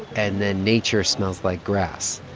and then nature smells like grass.